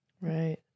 Right